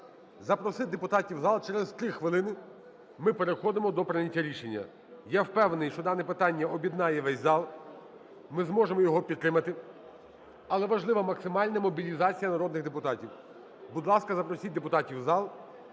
запросити депутатів в зал, через 3 хвилини ми переходимо до прийняття рішення. Я впевнений, що дане питання об'єднає весь зал, ми зможемо його підтримати, але важлива максимальна мобілізація народних депутатів. Будь ласка, запросіть депутатів в зал.